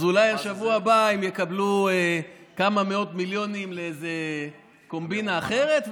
אז אולי בשבוע הבא הם יקבלו כמה מאות מיליונים לאיזה קומבינה אחרת,